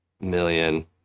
million